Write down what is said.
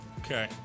Okay